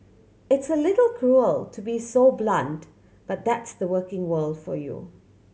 it's a little cruel to be so blunt but that's the working world for you